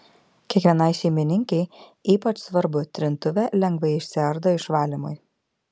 kiekvienai šeimininkei ypač svarbu trintuvė lengvai išsiardo išvalymui